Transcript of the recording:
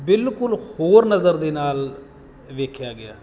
ਬਿਲਕੁਲ ਹੋਰ ਨਜ਼ਰ ਦੇ ਨਾਲ ਵੇਖਿਆ ਗਿਆ